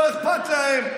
לא אכפת להם.